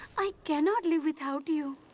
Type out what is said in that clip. i cannot live without you.